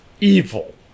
evil